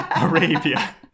Arabia